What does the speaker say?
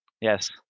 Yes